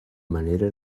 manera